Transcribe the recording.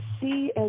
see